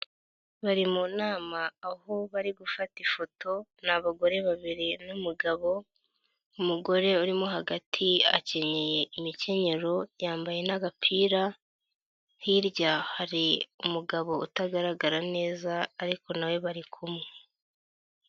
Bari mu nama aho bari gufata ifoto, ni abagore babiri n'umugabo. Umugore urimo hagati akenyeye imikenyero yambaye n'agapira, hirya hari umugabo utagaragara neza ariko nawe bari kumwe.